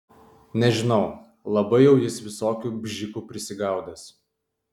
nežinau labai jau jis visokių bžikų prisigaudęs